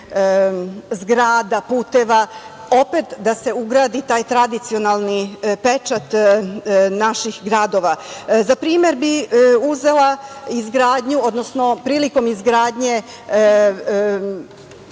zgrada, puteva, opet da se ugradi taj tradicionalni pečat naših gradova.Za primer bih uzela izgradnju, odnosno prilikom izgradnje